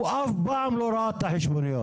הוא אף פעם לא ראה את החשבוניות.